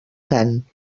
cant